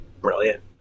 brilliant